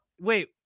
Wait